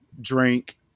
drink